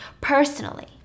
personally